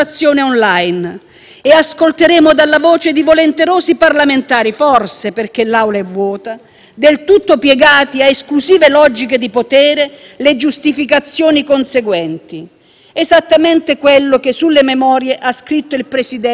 del tutto piegati a esclusive logiche di potere, le giustificazioni conseguenti. Esattamente quello che sulle memorie ha scritto il Presidente, avvocato Conte, e che abbiamo ascoltato da ministri come Toninelli, Bonafede e Di Maio,